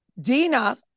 Dina